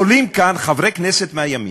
עולים כאן חברי כנסת מהימין,